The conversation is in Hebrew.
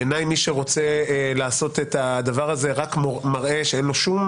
בעיני מי שרוצה לעשות את הדבר הזה רק מראה שאין לו שום